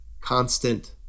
constant